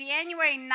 January